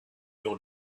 your